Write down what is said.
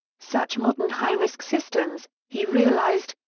such modern high-risk systems, he realized,